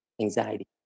anxiety